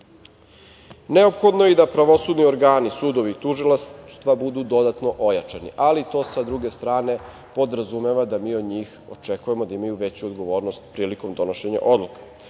funkcije. Neophodno je i da pravosudni organi, sudovi, tužilaštva, budu dodatno ojačani. Ali, to sa druge strane podrazumeva da mi od njih očekujemo da imaju veću odgovornost prilikom donošenja